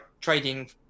trading